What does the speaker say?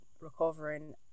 recovering